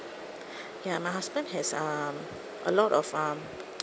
ya my husband has um a lot of um